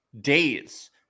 days